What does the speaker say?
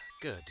good